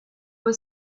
were